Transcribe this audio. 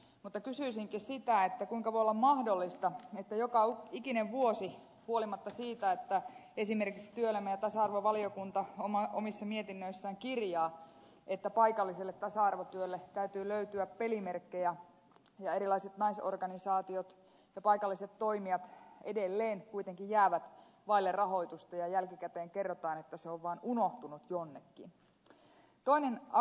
mutta kysyisinkin sitä kuinka voi olla mahdollista että joka ikinen vuosi huolimatta siitä että esimerkiksi työelämä ja tasa arvovaliokunta omissa mietinnöissään kirjaa että paikalliselle tasa arvotyölle täytyy löytyä pelimerkkejä erilaiset naisorganisaatiot ja paikalliset toimijat edelleen kuitenkin jäävät vaille rahoitusta ja jälkikäteen kerrotaan että se on vaan unohtunut jonnekin